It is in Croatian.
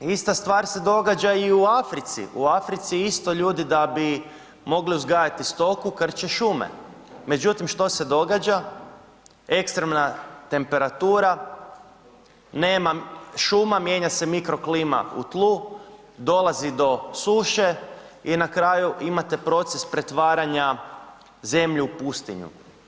Ista stvar se događa i u Africi, u Africi isto ljudi da bi mogli uzgajati krče šume, međutim što se događa ekstremna temperatura nema šuma mijenja se mikro klima u tlu, dolazi do suše i na kraju imate proces pretvaranja zemlje u pustinju.